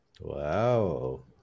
Wow